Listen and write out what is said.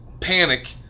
panic